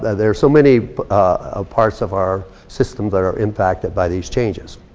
there's so many ah parts of our systems that are impacted by these changes.